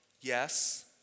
Yes